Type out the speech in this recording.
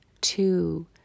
two